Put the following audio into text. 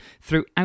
throughout